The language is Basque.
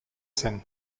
zen